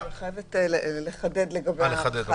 אני חייבת לחדד לגבי ההערכה,